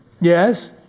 Yes